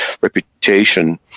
reputation